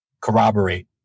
corroborate